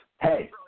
Hey